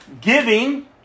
giving